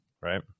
right